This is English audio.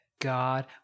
God